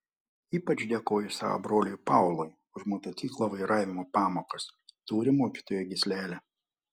ypač dėkoju savo broliui paului už motociklo vairavimo pamokas turi mokytojo gyslelę